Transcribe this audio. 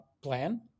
plan